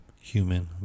human